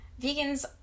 vegans